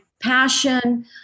passion